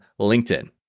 LinkedIn